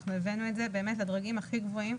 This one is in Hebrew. אנחנו הבאנו את זה לדרגים הכי גבוהים.